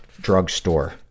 drugstore